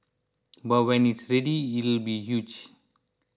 but when it's ready it'll be huge